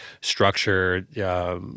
Structure